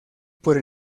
por